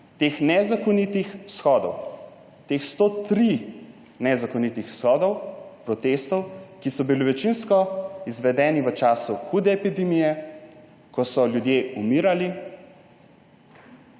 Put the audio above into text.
teh nezakonitih shodov, teh 103 nezakonitih shodov, protestov, ki so bili večinsko izvedeni v času hude epidemije, ko so ljudje umirali,